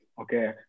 okay